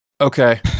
Okay